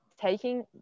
taking